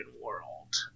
world